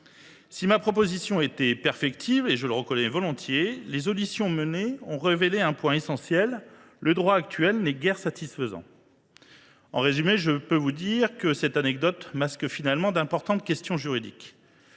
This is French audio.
Si ma proposition était perfectible – je le reconnais volontiers –, les auditions menées ont révélé un point essentiel : le droit actuel n’est guère satisfaisant. En résumé, je peux dire que cette proposition de loi soulève d’importantes questions juridiques,